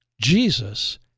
Jesus